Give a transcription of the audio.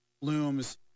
looms